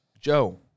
Joe